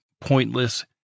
pointless